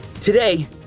Today